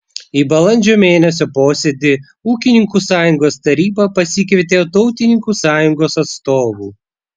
į balandžio mėnesio posėdį ūkininkų sąjungos taryba pasikvietė tautininkų sąjungos atstovų